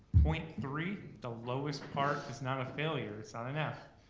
point three, the lowest part is not failure, it's not an f,